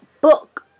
book